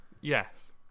yes